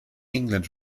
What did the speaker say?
england